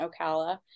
Ocala